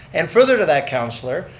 and further to that, councilor,